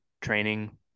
training